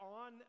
on